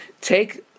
Take